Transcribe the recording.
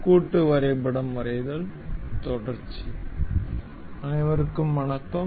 கூட்டு வரைபடம் வரைதல் தொடர்சி அனைவருக்கும் வணக்கம்